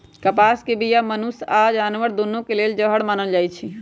कपास के बीया मनुष्य आऽ जानवर दुन्नों के लेल जहर मानल जाई छै